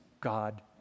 God